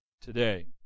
today